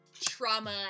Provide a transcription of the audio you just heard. trauma